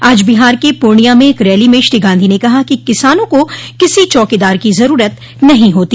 आज बिहार के पूर्णिया में एक रैली में श्री गांधी ने कहा कि किसानों को किसी चौकीदार की जरूरत नहीं होती